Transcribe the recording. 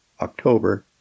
October